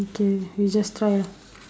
okay we just try lah